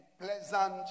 pleasant